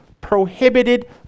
prohibited